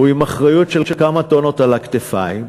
הוא עם אחריות של כמה טונות על הכתפיים,